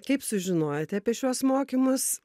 kaip sužinojote apie šiuos mokymus